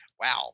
wow